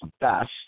best